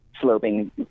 sloping